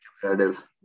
competitive